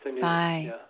Bye